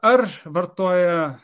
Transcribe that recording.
ar vartoja